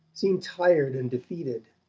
seemed tired and defeated,